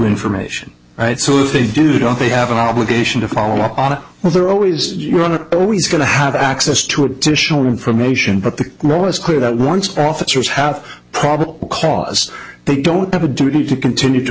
information right so if they do don't they have an obligation to follow up on it well they're always always going to have access to additional information but the norm is clear that once officers have probable cause they don't have a duty to continue to